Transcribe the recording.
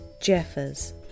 Jeffers